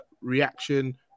reaction